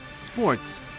Sports